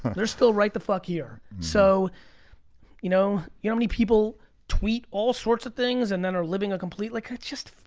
they're still right the fuck here. so you know how you know many people tweet all sorts of things and then are living a completely, just,